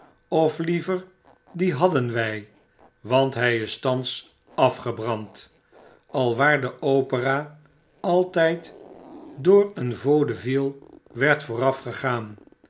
of liever dien badden wy want hij is thans afgebrand alwaar de opera altp door een vaudeville werd